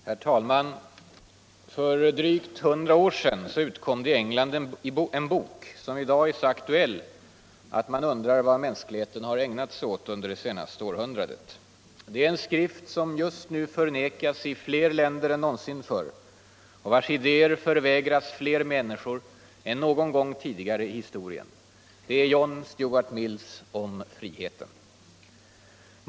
Herr talman! För drygt 100 år sedan utkom i England en bok, som i dag är så aktuell att man undrar vad mänskligheten ägnat sig åt under det senaste århundradet. Det är en skrift som just nu förnekas i fler länder än någonsin förr och vars idéer förvägras fler människor än någon gång tidigare i historien. Det är John Stuart Mills Om friheten.